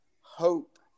hope